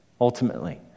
ultimately